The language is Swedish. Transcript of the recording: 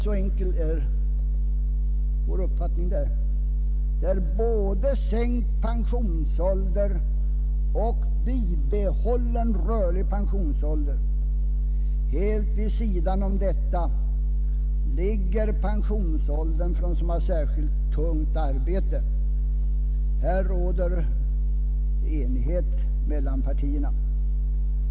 Så enkel är vår uppfattning härvidlag — vi önskar både sänkt pensionsålder och bibehållen rörlig pensionsålder. Helt vid sidan om detta ligger pensionsåldern för den som har särskilt tungt arbete — härom råder enighet mellan partierna.